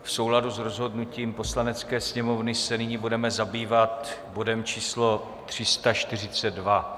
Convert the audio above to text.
V souladu s rozhodnutím Poslanecké sněmovny se nyní budeme zabývat bodem číslo 342.